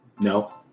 No